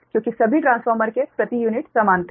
क्योंकि सभी ट्रांसफार्मर के प्रति यूनिट समान थे